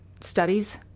studies